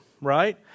Right